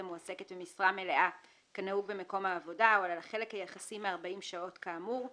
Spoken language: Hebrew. המועסקת במשרה מלאה כנהוג במקום העבודה או על החלק היחסי מ־40 שעות כאמור,